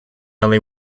only